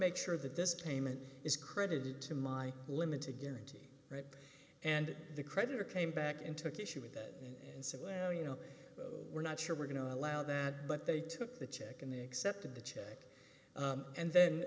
make sure that this payment is credited to my limited guarantee right and the creditor came back into issue with that and say well you know we're not sure we're going to allow that but they took the check and they accepted the check and then